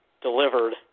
delivered –